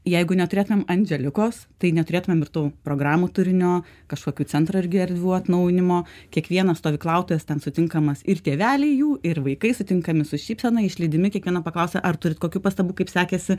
jeigu neturėtumėm andželikos tai neturėtumėm ir tų programų turinio kažkokių centrą irgi erdvių atnaujinimo kiekvienas stovyklautojas ten sutinkamas ir tėveliai jų ir vaikai sutinkami su šypsena išlydimi kiekvieno paklausia ar turit kokių pastabų kaip sekėsi